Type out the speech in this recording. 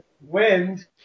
wind